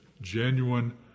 genuine